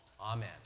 Amen